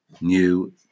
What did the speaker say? new